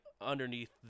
underneath